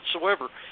whatsoever